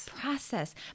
process